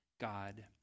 God